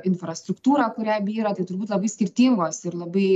infrastruktūrą kurią byra tai turbūt labai skirtingos ir labai